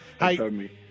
Hey